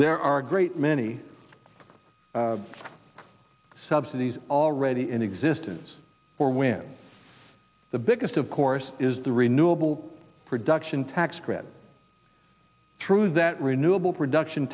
there are a great many subsidies already in existence for when the biggest of course is the renewable production tax credit through that renewable production